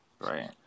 right